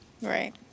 Right